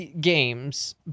games